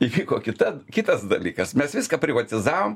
įvyko kita kitas dalykas mes viską privatizavom